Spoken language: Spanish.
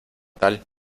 tal